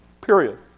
period